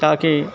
تاکہ